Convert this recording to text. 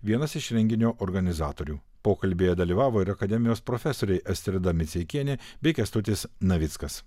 vienas iš renginio organizatorių pokalbyje dalyvavo ir akademijos profesoriai astrida miceikienė bei kęstutis navickas